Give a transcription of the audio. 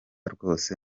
rwose